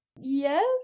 Yes